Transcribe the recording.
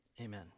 amen